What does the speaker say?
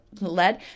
led